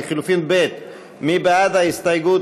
לחלופין ב', מי בעד ההסתייגות?